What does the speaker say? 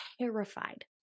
terrified